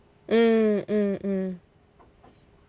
mm mm mm